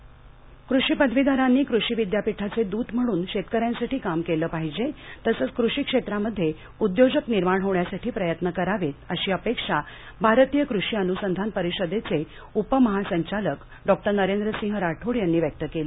कृषि पदवीधरः कृषी पदवीधरांनी कृषी विद्यापीठाचे द्रत म्हणून शेतकऱ्यांसाठी काम केलं पाहिजे तसंच कृषी क्षेत्रामध्ये उद्योजक निर्माण होण्यासाठी प्रयत्न करावेत अशी अपेक्षा भारतीय कृषी अन्संधान परिषदेचे उपमहासंचालक डॉक्टर नरेंद्रसिंह राठोड यांनी व्यक्त केली